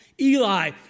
Eli